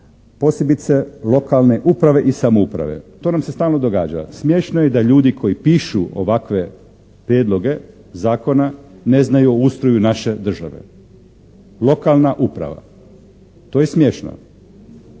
posebice lokalne uprave i samouprave. To nam se stalno događa. Smiješno je da ljudi koji pišu ovakve prijedloge zakona ne znaju o ustroju naše države. Lokalna uprava, to je smiješno.